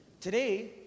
Today